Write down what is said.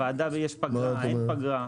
יש פגרה, אין פגרה.